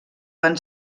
van